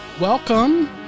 Welcome